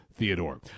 Theodore